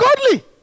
godly